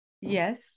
Yes